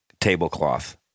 Tablecloth